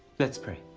let's pray.